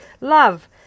love